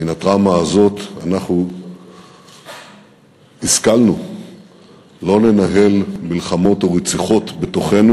מן הטראומה הזאת אנחנו השכלנו לא לנהל מלחמות או רציחות בתוכנו,